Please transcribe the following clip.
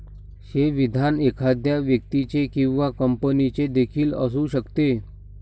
हे विधान एखाद्या व्यक्तीचे किंवा कंपनीचे देखील असू शकते